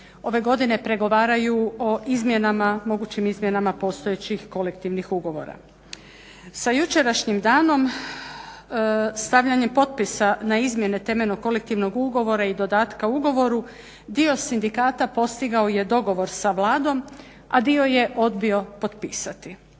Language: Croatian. ove godine pregovaraju o mogućim izmjenama postojećih kolektivnih ugovora. Sa jučerašnjim danom stavljanjem potpisa na izmjene temeljnog kolektivnog ugovora i dodatka ugovoru dio sindikata postigao je dogovor sa Vladom, a dio je odbio potpisati.